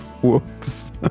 whoops